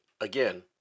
again